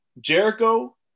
Jericho